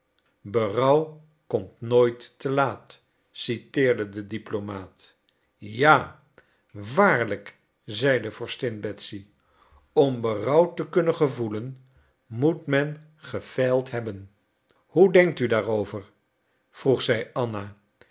berouw komt nooit te laat citeerde de diplomaat ja waarlijk zeide vorstin betsy om berouw te kunnen gevoelen moet men gefeild hebben hoe denkt u daarover vroeg zij anna